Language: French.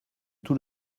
tout